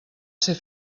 ser